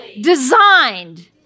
designed